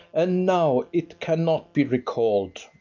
and now it cannot be recall'd.